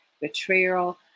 betrayal